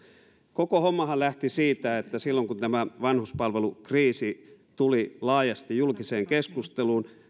koko hommahan lähti siitä että silloin kun tämä vanhuspalvelukriisi tuli laajasti julkiseen keskusteluun